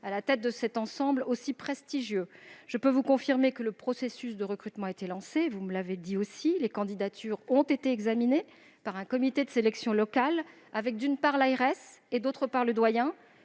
à la tête de cet ensemble si prestigieux. Je puis vous confirmer que le processus de recrutement a été lancé, comme vous l'avez souligné. Les candidatures ont été examinées par un comité de sélection locale, avec, d'une part, l'agence régionale de